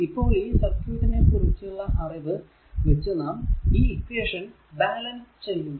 ഇപ്പോൾ ഈ സർക്യൂട്ടിനെ കുറിച്ച് ഉള്ള അറിവ് വച്ച് നാം ഈ ഇക്വേഷൻ ബാലൻസ് ചെയ്യുന്നു